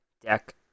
deck